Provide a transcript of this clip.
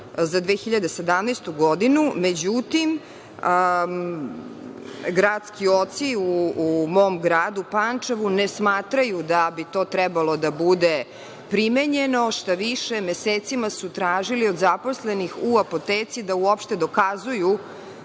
za 2017. godinu. Međutim, gradski oci, u mom gradu Pančevu, ne smatraju da bi to trebalo da bude primenjeno, štaviše, mesecima su tražili od zaposlenih u apoteci da uopšte dokazuju